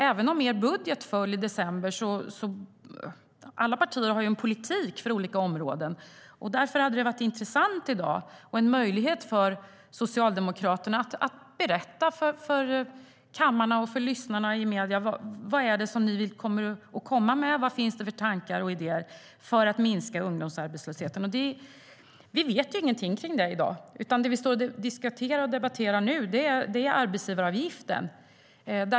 Även om er budget föll i december har ju alla partier en politik för olika områden. Därför hade det varit intressant i dag om Socialdemokraterna tagit möjligheten att berätta för kammaren och lyssnarna i medierna vad ni kommer att komma med och vad ni har för tankar och idéer för att minska ungdomsarbetslösheten. Vi vet ingenting om det i dag. Det vi står och debatterar nu är arbetsgivaravgiften.